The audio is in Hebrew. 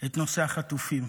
את נושא החטופים,